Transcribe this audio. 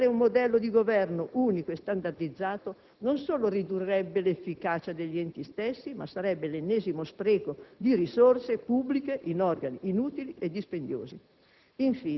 Pensare ad un modello di governo unico e standardizzato non solo ridurrebbe l'efficacia degli enti stessi, ma sarebbe l'ennesimo spreco di risorse pubbliche in organi inutili e dispendiosi.